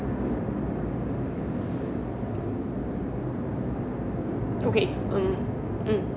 okay mm mm